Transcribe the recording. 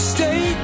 Stay